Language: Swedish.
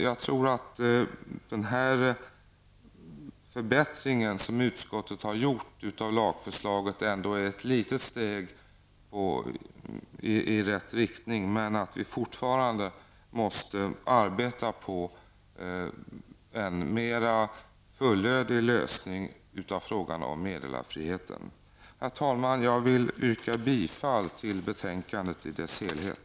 Jag tror att den förbättring av lagförslaget som utskottet har gjort är ett litet steg i rätt riktning, men att vi fortfarande måste arbeta på en mer fullödig lösning av frågan om meddelarfriheten. Herr talman! Jag vill yrka bifall till utskottets hemställan i dess helhet.